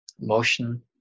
motion